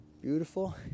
Beautiful